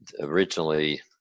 originally